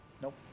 Nope